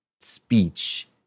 speech